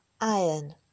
Iron